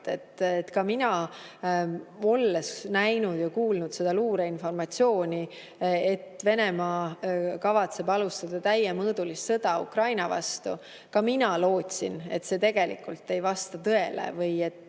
Ka mina, olles näinud ja kuulnud seda luureinformatsiooni, et Venemaa kavatseb alustada täiemõõdulist sõda Ukraina vastu, ka mina lootsin, et need plaanid tegelikult ei vasta tõele või et